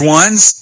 ones